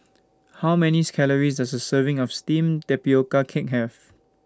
How Many Calories Does A Serving of Steamed Tapioca Cake Have